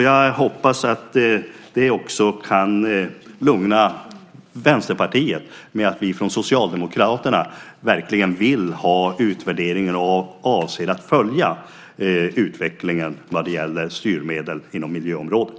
Jag hoppas att det kan lugna Vänsterpartiet att vi från Socialdemokraterna verkligen vill ha utvärderingen och avser att följa utvecklingen vad det gäller styrmedel inom miljöområdet.